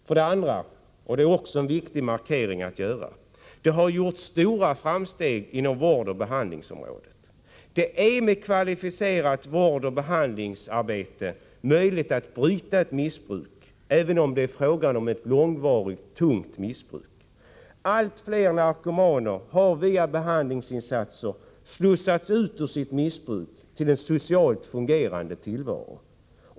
För det andra — och det är också en viktig markering: Det har gjorts stora framsteg inom vårdoch behandlingsområdet. Det är med kvalificerade vårdoch behandlingsinsatser möjligt att bryta missbruk, även om det är fråga om ett långvarigt, tungt missbruk. Allt fler narkomaner har via behandlingsinsatser slussats ut ur sitt missbruk till en socialt fungerande tillvaro.